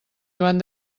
joan